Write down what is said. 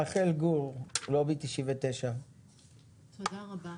רחל גור, לובי 99. תודה רבה